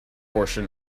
portion